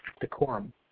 decorum